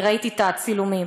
אני ראיתי את הצילומים,